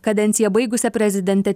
kadenciją baigusia prezidente